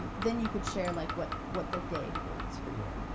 um then you could share like what what the day holds for you,